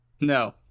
No